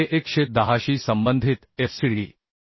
6 हे 110 शी संबंधित FCD